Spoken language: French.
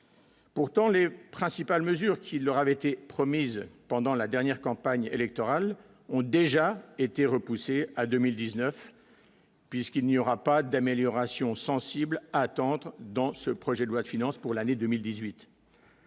Pourtant, les principales mesures qui leur avait été promise pendant la dernière campagne électorale, ont déjà été repoussées à 2019. Puisqu'il n'y aura pas d'amélioration sensible attendre dans ce projet de loi de finances pour l'année 2018.